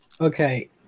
Okay